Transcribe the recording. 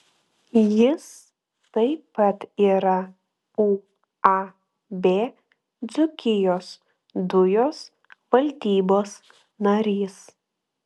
jis taip pat yra uab dzūkijos dujos valdybos narys